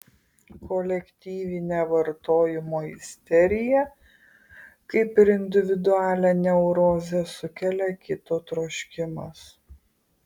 kolektyvinę vartojimo isteriją kaip ir individualią neurozę sukelia kito troškimas